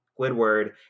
Squidward